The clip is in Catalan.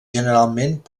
generalment